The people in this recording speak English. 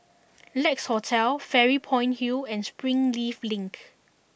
Lex Hotel Fairy Point Hill and Springleaf Link